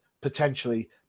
potentially